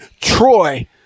Troy